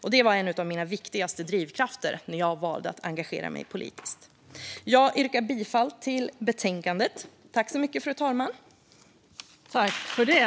Detta var en av mina viktigaste drivkrafter när jag valde att engagera mig politiskt. Jag yrkar bifall till utskottets förslag i betänkandet.